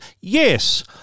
yes